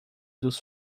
dos